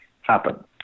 happen